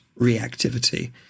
reactivity